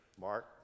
Mark